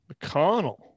McConnell